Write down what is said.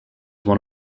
one